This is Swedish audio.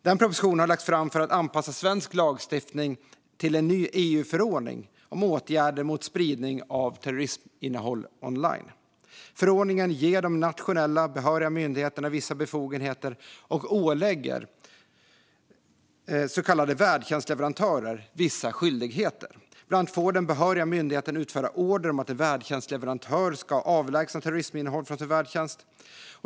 Denna proposition har lagts fram för att anpassa svensk lagstiftning till en ny EU-förordning om åtgärder mot spridning av terrorisminnehåll online. Förordningen ger de nationella behöriga myndigheterna vissa befogenheter och ålägger så kallade värdtjänstleverantörer vissa skyldigheter. Bland annat får den behöriga myndigheten utfärda order om att en värdtjänstleverantör ska avlägsna terrorisminnehåll från sin värdtjänst.